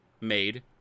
made